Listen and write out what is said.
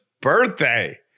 birthday